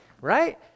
right